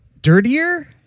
dirtier